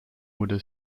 wurde